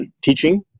teaching